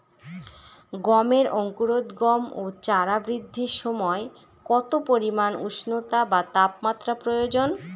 গমের অঙ্কুরোদগম ও চারা বৃদ্ধির সময় কত পরিমান উষ্ণতা বা তাপমাত্রা প্রয়োজন?